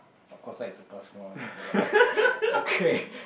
of course ah the class small so like what you talking about okay